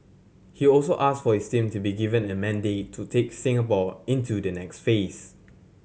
he also asked for his team to be given a mandate to take Singapore into the next phase